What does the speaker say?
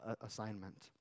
assignment